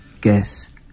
guess